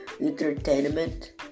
entertainment